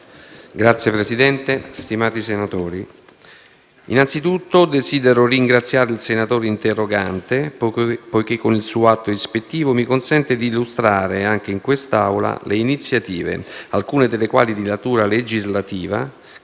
Signor Presidente, stimati senatori, innanzitutto desidero ringraziare il senatore interrogante, poiché con il suo atto ispettivo mi consente di illustrare, anche in quest'Aula, le iniziative - alcune delle quali di natura legislativa